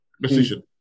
decision